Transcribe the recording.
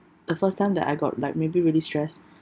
the first time that I got like maybe really stressed